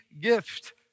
gift